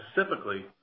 specifically